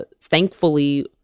thankfully